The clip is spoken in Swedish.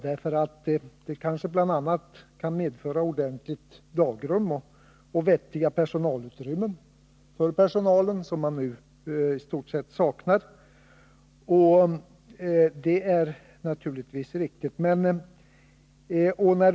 Det kanske bl.a. kan medföra 63 ordentliga dagrum och vettiga personalutrymmen för personalen, vilket man nu i stort sett saknar. Det är naturligtvis viktigt.